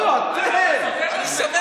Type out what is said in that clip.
לא, אתם,